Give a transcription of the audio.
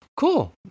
Cool